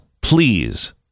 please